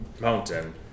mountain